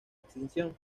extinción